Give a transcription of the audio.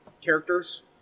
characters